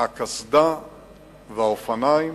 הקסדה והאופניים